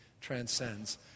transcends